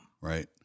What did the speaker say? Right